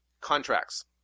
contracts